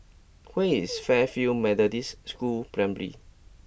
where is Fairfield Methodist School Primary